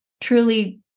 truly